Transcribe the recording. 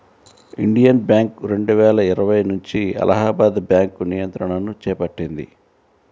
Indian bank రెండువేల ఇరవై నుంచి అలహాబాద్ బ్యాంకు నియంత్రణను చేపట్టింది